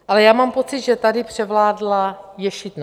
Ale já mám pocit, že tady převládla ješitnost.